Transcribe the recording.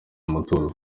mutuzo